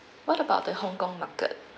what about the hong kong market